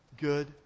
good